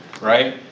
right